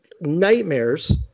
nightmares